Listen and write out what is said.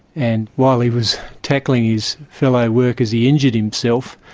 and while he was tackling his fellow workers he injured himself.